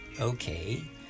Okay